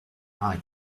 mari